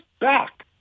back